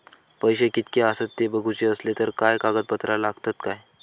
पैशे कीतके आसत ते बघुचे असले तर काय कागद पत्रा लागतात काय?